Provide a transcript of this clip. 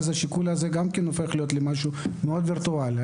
השיקול הזה הופך להיות משהו מאוד וירטואלי.